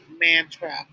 mantra